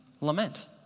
lament